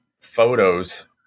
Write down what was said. photos